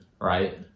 Right